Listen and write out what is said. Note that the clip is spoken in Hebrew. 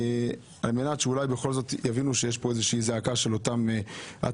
על מנת שאולי בכל זאת יבינו שיש פה איזושהי זעקה של אותם עצמאיים.